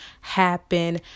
happen